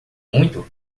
muito